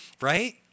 right